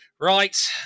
right